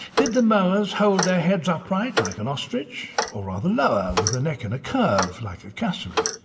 did the moas hold their heads upright like an ostrich, or rather lower with a neck in a curve like a cassowary?